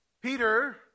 Peter